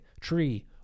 tree